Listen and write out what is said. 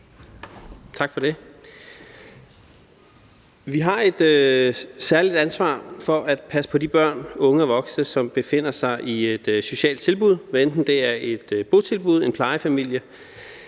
Tak for det. Vi har et særligt ansvar for at passe på de børn, unge og voksne, som befinder sig i et socialt tilbud, hvad enten det er et botilbud, en plejefamilie,